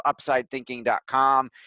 UpsideThinking.com